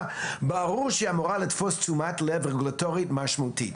ברור שהיא אמורה לתפוס תשומת לב רגולטורית משמעותית.